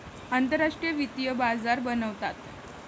आंतरराष्ट्रीय वित्तीय बाजार बनवतात